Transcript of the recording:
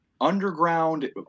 underground